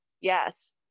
Yes